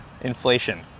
Inflation